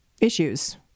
issues